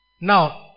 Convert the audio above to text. Now